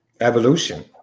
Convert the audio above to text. Evolution